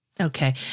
Okay